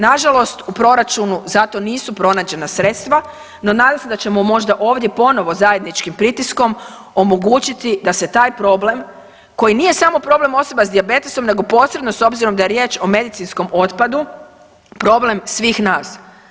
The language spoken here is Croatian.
Na žalost u proračunu za to nisu pronađena sredstva, no nadam se da ćemo možda ovdje ponovo zajedničkim pritiskom omogućiti da se taj problem koji nije samo problem osoba sa dijabetesom, nego posredno budući da je riječ o medicinskom otpadu problem svih nas.